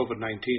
COVID-19